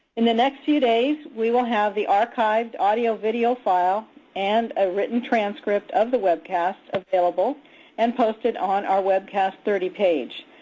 in the next few days, we will have the archived audio, video file and a written transcript of the webcast available and posted on our webcast thirty page.